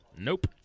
Nope